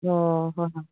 ꯑꯣ ꯍꯣꯏ ꯍꯣꯏ